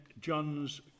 John's